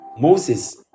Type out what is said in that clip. Moses